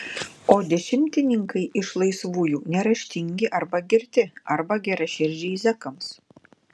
o dešimtininkai iš laisvųjų neraštingi arba girti arba geraširdžiai zekams